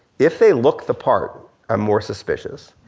if they look the part i'm more suspicious,